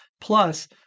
Plus